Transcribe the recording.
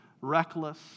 reckless